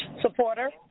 Supporter